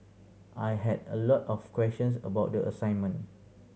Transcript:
I had a lot of questions about the assignment